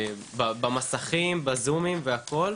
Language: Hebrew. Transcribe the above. במסכים, בזומים והכל,